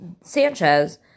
Sanchez